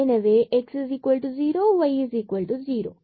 இவை x0 and y0 பூஜ்யம் ஆகும்